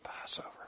Passover